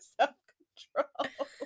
self-control